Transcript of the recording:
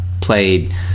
played